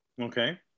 Okay